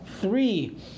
three